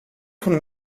von